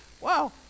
Wow